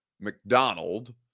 McDonald